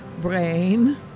brain